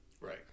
Right